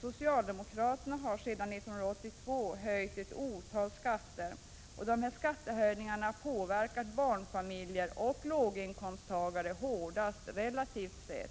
Socialdemokraterna har sedan 1982 höjt ett otal skatter. Dessa skattehöjningar har påverkat barnfamiljer och låginkomsttagare hårdast relativt sett.